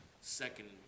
second